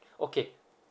okay